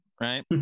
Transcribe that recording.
right